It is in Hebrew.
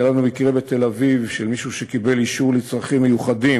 היה לנו מקרה בתל-אביב של מישהו שקיבל אישור לצרכים מיוחדים,